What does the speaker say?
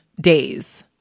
days